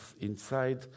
inside